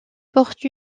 porte